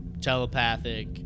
telepathic